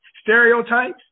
stereotypes